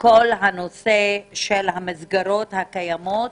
כל הנושא של המסגרות הקיימות